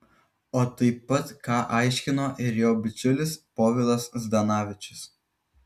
o taip pat ką aiškino ir jo bičiulis povilas zdanavičius